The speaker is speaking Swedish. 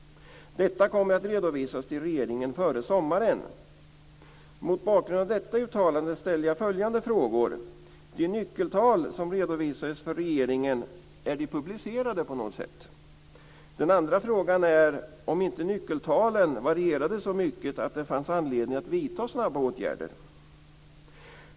Detta kommer att redovisas till regeringen före sommaren." Mot bakgrund av detta uttalande ställer jag följande frågor: Är de nyckeltal som redovisades för regeringen publicerade på något sätt? Varierade inte nyckeltalen så mycket att det fanns anledning att vidta snabba åtgärder?